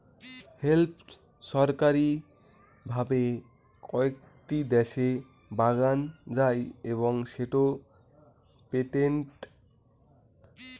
hemp ছরকারি ভাবে কয়েকটি দ্যাশে যোগান যাই এবং সেটো পেটেন্টেড